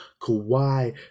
Kawhi